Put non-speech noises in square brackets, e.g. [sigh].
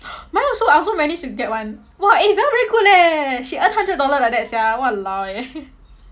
mine also I also managed to get one !wah! eh vel really good leh she earn hundred dollar like that sia !walao! eh [laughs]